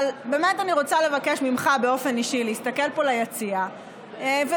אבל באמת אני רוצה לבקש ממך באופן אישי להסתכל פה ליציע ולראות,